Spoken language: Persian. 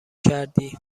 کردی